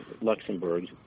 Luxembourg